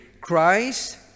Christ